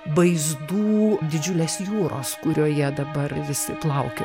vaizdų didžiulės jūros kurioje dabar visi plaukioja